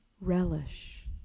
Relish